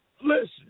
Listen